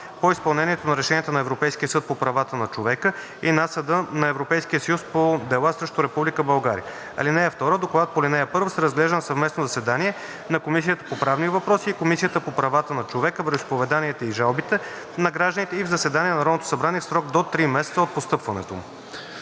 по изпълнението на решенията на Европейския съд по правата на човека и на Съда на Европейския съюз по дела срещу Република България. (2) Докладът по ал. 1 се разглежда на съвместно заседание на Комисията по правни въпроси и Комисията по правата на човека, вероизповеданията и жалбите на гражданите и в заседание на Народното събрание в срок до три месеца от постъпването му.“